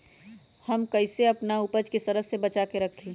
हम कईसे अपना उपज के सरद से बचा के रखी?